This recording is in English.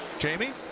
jamie.